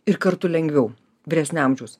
ir kartu lengviau vyresnio amžiaus